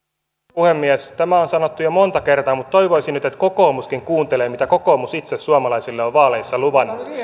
puhemies tämä on sanottu jo monta kertaa mutta toivoisin nyt että kokoomuskin kuuntelee mitä kokoomus itse on suomalaisille vaaleissa luvannut